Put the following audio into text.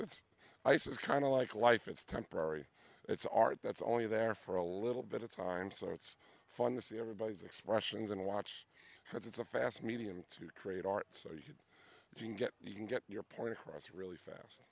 ice is kind of like life it's temporary it's art that's only there for a little bit of time so it's fun to see everybody's expressions and watch because it's a fast medium to create art so you can get you can get your point across really fast